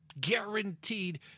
guaranteed